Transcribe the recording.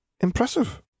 Impressive